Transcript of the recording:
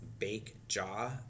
bakejaw